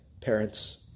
parents